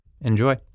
Enjoy